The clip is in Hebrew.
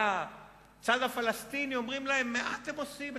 בצד הפלסטיני: מה אתם עושים?